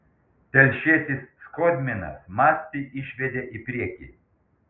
telšietis skodminas mastį išvedė į priekį